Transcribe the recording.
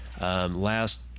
Last